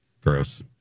gross